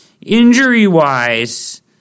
Injury-wise